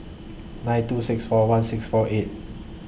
nine two six four one six four eight